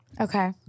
Okay